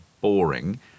boring